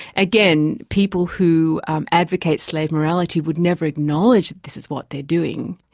again, people who advocate slave morality, would never acknowledge that this is what they're doing.